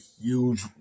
huge